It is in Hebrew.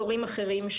כשבאים לקבוע את האזורים.